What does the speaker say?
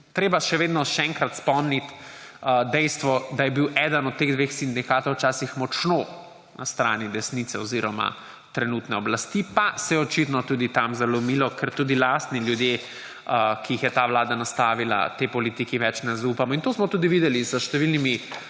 treba še vedno še enkrat spomniti na dejstvo, da je bil eden od teh dveh sindikatov včasih močno na strani desnice oziroma trenutne oblasti, pa se je očitno tudi tam zalomilo, ker tudi lastni ljudje, ki jih je ta vlada nastavila, tej politiki več ne zaupajo. In to smo tudi videli s številnimi